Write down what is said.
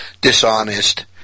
dishonest